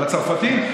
על הצרפתי?